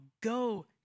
go